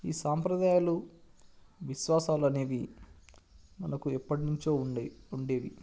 ఈ సాంప్రదాయాలు విశ్వాసాలు అనేవి మనకు ఎప్పటి నుంచో ఉండేయి ఉండేవి